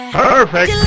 perfect